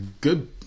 good